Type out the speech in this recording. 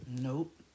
Nope